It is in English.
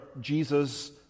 Jesus